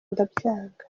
ndabyanga